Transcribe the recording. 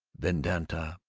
vedanta,